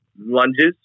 lunges